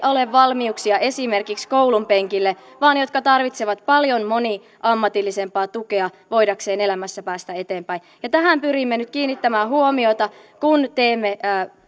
ole valmiuksia esimerkiksi koulunpenkille vaan jotka tarvitsevat paljon moniammatillisempaa tukea voidakseen elämässä päästä eteenpäin tähän pyrimme nyt kiinnittämään huomiota kun teemme